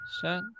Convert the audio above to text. set